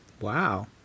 Wow